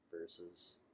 versus